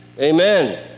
Amen